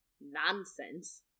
nonsense